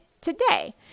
today